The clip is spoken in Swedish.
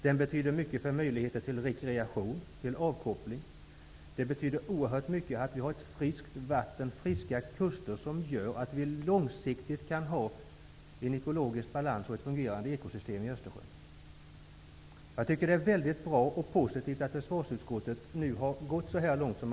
Den betyder mycket för möjligheter till rekreation och avkoppling. Det betyder oerhört mycket att vi har ett friskt vatten och friska kuster som gör att det går att långsiktigt få en ekologisk balans och ett fungerande ekosystem i Östersjön. Jag tycker att det är bra och positivt att försvarsutskottet har kommit så här långt.